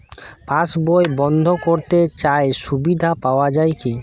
পাশ বই বন্দ করতে চাই সুবিধা পাওয়া যায় কি?